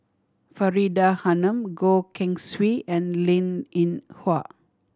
Faridah Hanum Goh Keng Swee and Linn In Hua